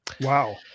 Wow